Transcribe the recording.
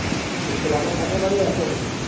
त सु सुभाणे कढे वजे अचूं मां